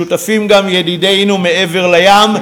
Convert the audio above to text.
שותפים גם ידידינו מעבר לים,